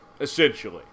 essentially